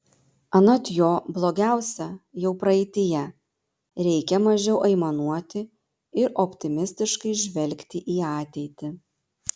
anot jo blogiausia jau praeityje reikia mažiau aimanuoti ir optimistiškai žvelgti į ateitį